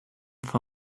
for